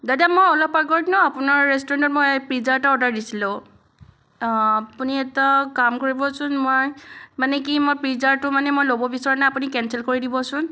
দাদা মই অলপ আগত ন আপোনাৰ ৰেষ্টুৰেণ্টৰ মই পিজা এটা অৰ্ডাৰ দিছিলোঁ আপুনি এটা কাম কৰিবচোন মই মানে কি মই পিজাটো মানে মই ল'ব বিচৰা নাই আপুনি কেনচেল কৰি দিবচোন